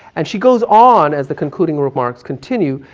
and she goes on, as the concluding remarks continue,